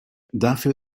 dafür